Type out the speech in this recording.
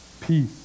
peace